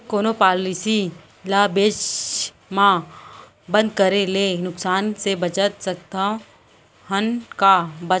कोनो पॉलिसी ला बीच मा बंद करे ले नुकसान से बचत सकत हन का?